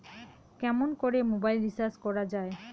কেমন করে mobile recharge করা য়ায়?